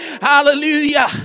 Hallelujah